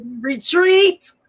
Retreat